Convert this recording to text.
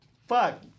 Fuck